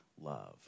love